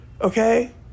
Okay